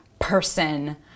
person